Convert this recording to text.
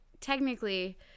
technically